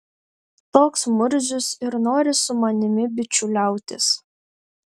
toks murzius ir nori su manimi bičiuliautis